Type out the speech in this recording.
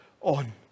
on